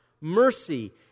mercy